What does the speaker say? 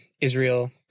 Israel